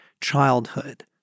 Childhood